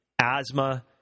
asthma